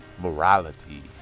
morality